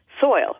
soil